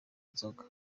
inzoga